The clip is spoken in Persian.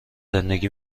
زندگی